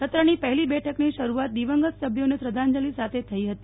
સત્ર ની પહેલી બેઠકની શરૂઆત દિવંગત સભ્યો ને શ્રદ્ધાંજલી સાથે થઈ હતી